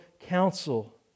counsel